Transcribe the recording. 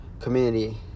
community